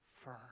firm